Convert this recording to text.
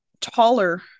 taller